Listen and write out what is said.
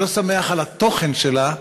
אני לא שמח על התוכן שלה,